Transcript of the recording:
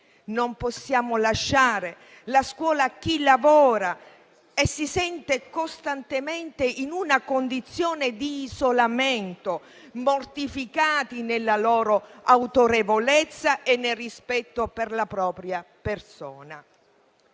Non possiamo lasciare la scuola a chi lavora e si sente costantemente in una condizione di isolamento, mortificati nella loro autorevolezza e nel rispetto per la propria persona.